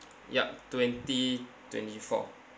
yup twenty twenty-four